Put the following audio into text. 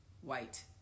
white